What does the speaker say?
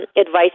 advice